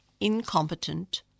Incompetent